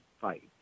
fight